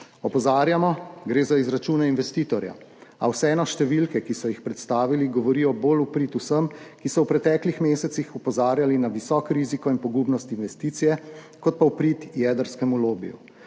Opozarjamo, gre za izračune investitorja, a vseeno številke, ki so jih predstavili, govorijo bolj v prid vsem, ki so v preteklih mesecih opozarjali na visok riziko in pogubnost investicije kot pa v prid jedrskemu lobiju.